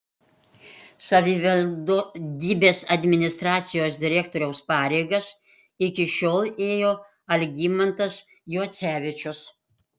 savivaldybės administracijos direktoriaus pareigas iki šiol ėjo algimantas juocevičius